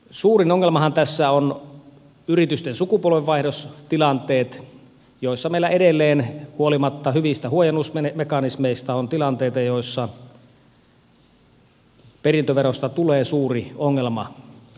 suurin ongelmahan tässä on yritysten sukupolvenvaihdostilanteet joissa meillä edelleen huolimatta hyvistä huojennusmekanismeista on tilanteita joissa perintöverosta tulee suuri ongelma